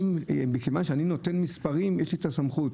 מכיוון שאני נותן מספרים יש לי את הסמכות.